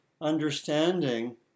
understanding